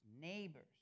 neighbors